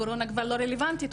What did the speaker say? הקורונה כבר לא רלוונטית,